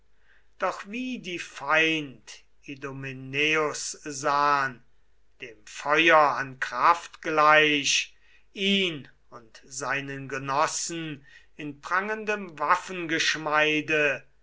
doch wie die feind idomeneus sahn dem feuer an kraft gleich ihn und seinen genossen in